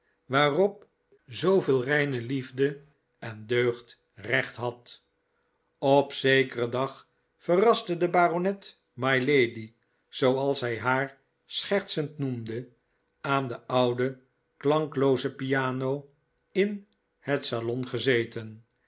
waarop zooveel reine liefde en deugd recht had op zekeren dag verraste de baronet mylady zooals hij haar schertsend noemde aande oude klanklooze piano in het salon gezeten